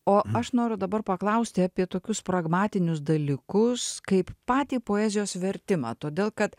o aš noriu dabar paklausti apie tokius pragmatinius dalykus kaip patį poezijos vertimą todėl kad